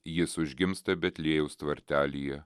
jis užgimsta betliejaus tvartelyje